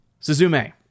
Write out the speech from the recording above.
Suzume